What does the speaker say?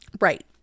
Right